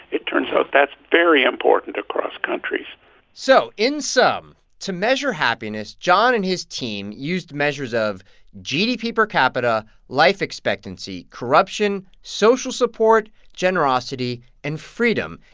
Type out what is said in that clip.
it turns out that's very important across countries so in sum, to measure happiness, john and his team used measures of gdp per capita, life expectancy, corruption, social support, generosity and freedom.